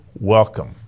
welcome